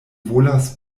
volas